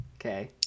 Okay